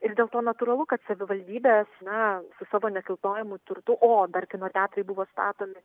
ir dėl to natūralu kad savivaldybės na su savo nekilnojamu turtu o dar kino teatrai buvo statomi